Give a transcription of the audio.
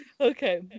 okay